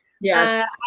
Yes